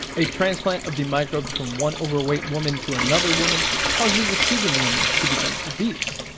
a transplant of the microbes from one overweight woman to another woman caused the receiving woman to become obese,